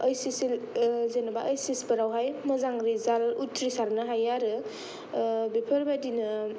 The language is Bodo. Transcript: जेनावबा ओइस एस फोरावहाय मोजां रिजालथ उथ्रिसारनो हायो आरो बेफोरबादिनो